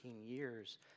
years